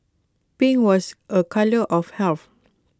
pink was A colour of health